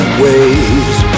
waves